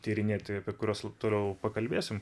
tyrinėti apie kuriuos toliau pakalbėsim